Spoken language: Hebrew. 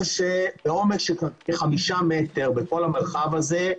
שבעומק של 5 מטרים בכל המרחב הזה,